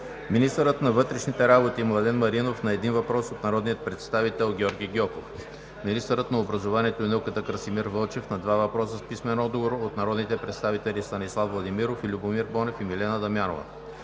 министърът на вътрешните работи Младен Маринов на един въпрос от народния представител Георги Гьоков; - министърът на образованието и науката Красимир Вълчев на два въпроса с писмен отговор от народните представители Станислав Владимиров и Любомир Бонев; и Милена Дамянова;